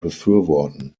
befürworten